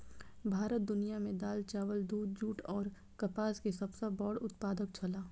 भारत दुनिया में दाल, चावल, दूध, जूट और कपास के सब सॉ बड़ा उत्पादक छला